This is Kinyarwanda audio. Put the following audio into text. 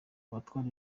abatwara